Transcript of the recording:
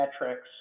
metrics